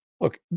look